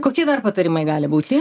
kokie dar patarimai gali būti